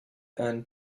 and